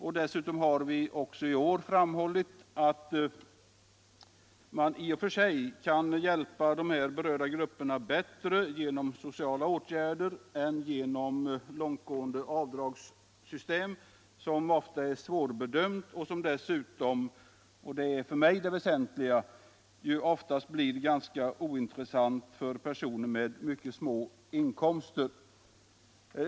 Dessutom har vi också i år framhållit att man i och för sig kan hjälpa de berörda grupperna bättre genom sociala åtgärder än genom långtgående avdragssystem, som ofta är svårbedömbara och som dessutom — och det är för mig det väsentliga —- ju ofta blir ganska ointressanta för personer med mycket små inkomster.